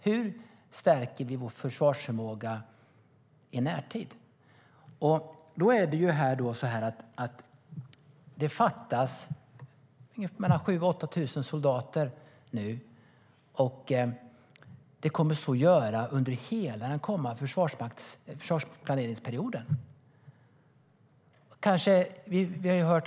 Hur stärker vi vår försvarsförmåga i närtid? Det fattas mellan 7 000 och 8 000 soldater nu och kommer att så göra under hela den kommande försvarsplaneringsperioden.